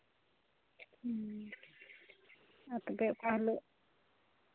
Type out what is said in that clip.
ᱦᱮᱸ ᱟᱨ ᱛᱚᱵᱮ ᱚᱠᱟ ᱦᱤᱞᱳᱜ